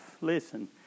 Listen